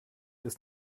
ist